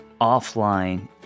offline